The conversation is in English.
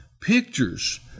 pictures